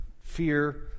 fear